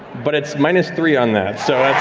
but it's minus three on that, so